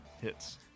hits